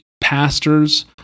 pastors